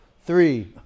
three